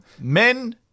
men